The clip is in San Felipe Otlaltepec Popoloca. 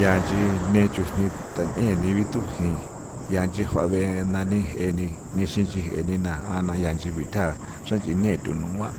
ya nchin ne chujni tan'eni bithujin ya nchi juabe' na ni jeni nixi nchi je nena a na ya nchi bitha xranch'i nethu nua'.